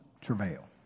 travail